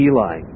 Eli